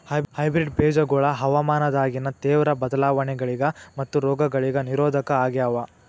hybrid ಬೇಜಗೊಳ ಹವಾಮಾನದಾಗಿನ ತೇವ್ರ ಬದಲಾವಣೆಗಳಿಗ ಮತ್ತು ರೋಗಗಳಿಗ ನಿರೋಧಕ ಆಗ್ಯಾವ